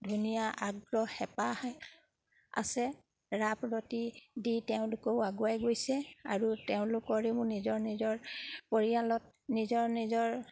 ধুনীয়া আগ্ৰহ হেঁপাহ আছে ৰাপ ৰতি দি তেওঁলোকেও আগুৱাই গৈছে আৰু তেওঁলোকৰে মোৰ নিজৰ নিজৰ পৰিয়ালত নিজৰ নিজৰ